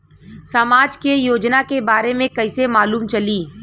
समाज के योजना के बारे में कैसे मालूम चली?